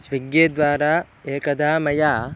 स्विग्गीद्वारा एकदा मया